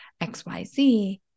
xyz